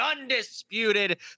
undisputed